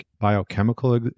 biochemical